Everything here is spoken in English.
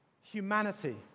humanity